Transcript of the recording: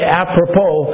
apropos